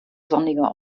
sonniger